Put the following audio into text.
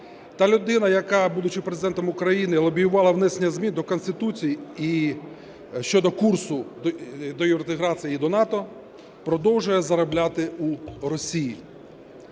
Та людина, яка, будучи Президентом України, лобіювала внесення змін до Конституції і щодо курсу до євроінтеграції і до НАТО, продовжує заробляти у Росії.